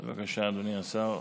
השר.